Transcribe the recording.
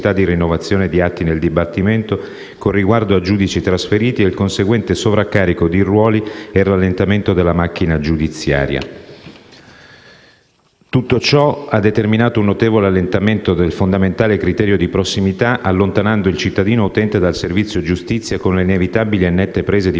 con riguardo a giudici trasferiti e il conseguente sovraccarico dei ruoli e il rallentamento della macchina giudiziaria. Tutto ciò ha determinato un notevole allentamento del fondamentale criterio di prossimità, allontanando il cittadino utente dal servizio giustizia, con le inevitabili e nette prese di posizione dell'avvocatura, concretizzatesi in scioperi